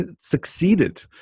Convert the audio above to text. succeeded